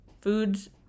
Foods